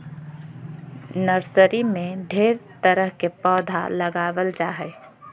nursery में ढेर तरह के पौधा लगाबल जा हइ